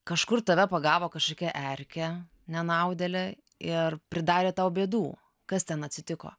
kažkur tave pagavo kažkokia erkė nenaudėlė ir pridarė tau bėdų kas ten atsitiko